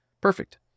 Perfect